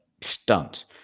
stunt